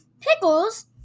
pickles